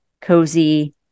cozy